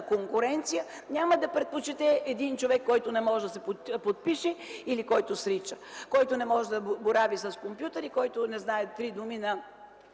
конкуренция, няма да предпочете човек, който не може да се подпише, който срича, който не може да борави с компютър и който не знае три думи на